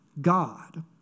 God